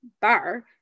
bar